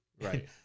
Right